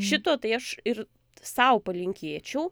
šito tai aš ir sau palinkėčiau